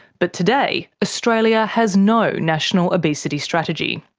but today, australia has no national obesity strategy.